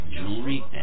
jewelry